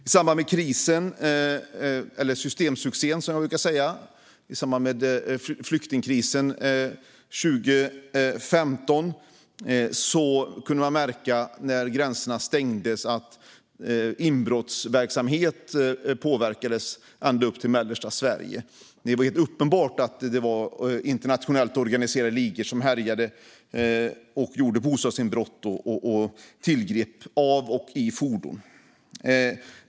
I samband med flyktingkrisen 2015, eller systemsuccén som jag brukar säga, kunde man när gränserna stängdes märka att inbrottsverksamhet påverkades ända upp till mellersta Sverige. Det var uppenbart att det var internationellt organiserade ligor som härjade och gjorde bostadsinbrott och tillgrepp av och i fordon.